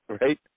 right